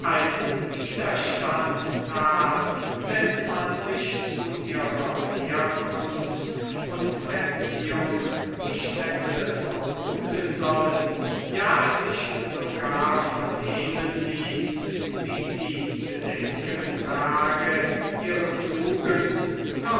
widerstand tat dessen man sich zu ihrer herkunft und erziehung nicht hätte vermuten sollen ja sich sogar vernehmen ließ wie sie bedenken trage ihre tugend